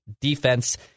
defense